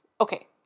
okay